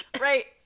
right